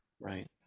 right